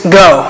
go